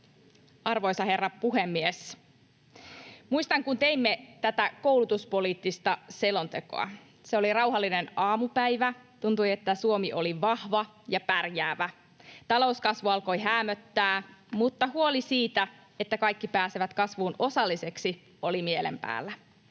Arvoisa herra puhemies! Muistan, kun teimme tätä koulutuspoliittista selontekoa. Se oli rauhallinen aamupäivä, tuntui, että Suomi oli vahva ja pärjäävä. Talouskasvu alkoi häämöttää, mutta huoli siitä, että kaikki pääsevät kasvuun osalliseksi, oli mielen päällä.